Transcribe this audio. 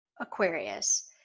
Aquarius